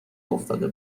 افتاده